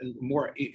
more